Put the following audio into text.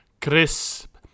Crisp